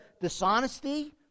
dishonesty